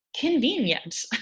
convenient